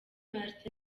martin